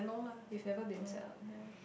you've never been set up yea